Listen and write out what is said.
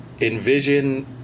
envision